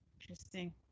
Interesting